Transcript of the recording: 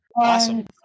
Awesome